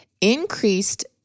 increased